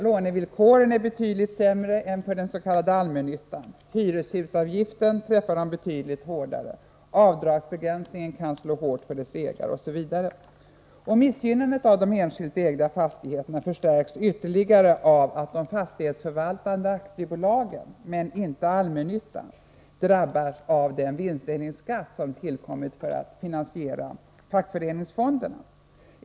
Lånevillkoren är betydligt sämre än för den s.k. allmännyttan, hyreshusavgiften träffar dem betydligt hårdare, avdragsbegränsningen kan slå hårt för deras ägare osv. Missgynnandet av de enskilt ägda fastigheterna förstärks ytterligare av att de fastighetsförvaltande aktiebolagen men inte allmännyttan drabbas av den vinstdelningsskatt som tillkommit för att finansiera fackföreningsfonderna.